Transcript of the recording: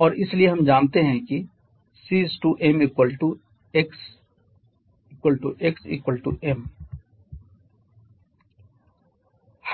और इसलिए हम जानते हैं कि C m x 🡺 x m